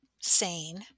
sane